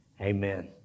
Amen